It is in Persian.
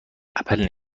اپل